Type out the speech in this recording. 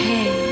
Hey